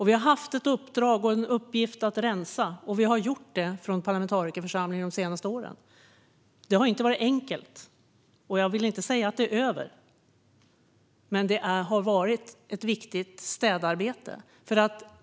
Vi har haft en uppgift att rensa, vilket vi i parlamentarikerförsamlingen har gjort under de senaste åren. Det har inte varit enkelt, och jag vill inte säga att det är över. Det har dock varit ett viktigt städarbete.